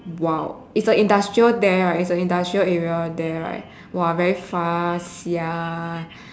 !wow! it's the industrial there right it's the industrial area there right [wah] very far sia